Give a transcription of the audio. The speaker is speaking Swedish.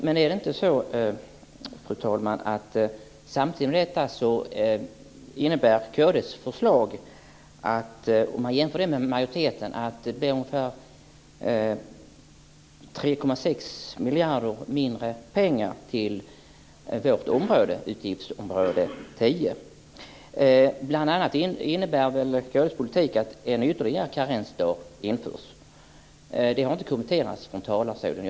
Men är det inte så, att samtidigt med detta innebär kd:s förslag 3,6 miljarder mindre till utgiftsområde 10 än majoritetens förslag? Kd:s politik innebär bl.a. att ytterligare en karensdag införs. Det har inte kommenterats från talarstolen.